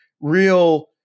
real